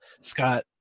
Scott